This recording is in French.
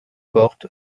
porte